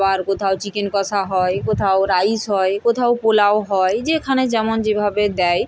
আবার কোথাও চিকেন কষা হয় কোথাও রাইস হয় কোথাও পোলাও হয় যেখানে যেমন যেভাবে দেয়